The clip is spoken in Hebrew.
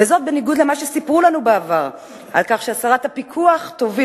בניגוד למה שסיפרו לנו בעבר על כך שהסרת הפיקוח תוביל